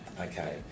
Okay